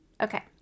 Okay